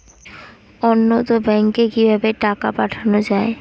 অন্যত্র ব্যংকে কিভাবে টাকা পাঠানো য়ায়?